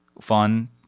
fun